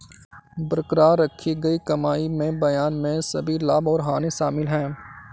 बरकरार रखी गई कमाई में बयान में सभी लाभ और हानि शामिल हैं